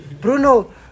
Bruno